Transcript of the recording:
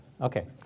Okay